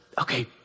okay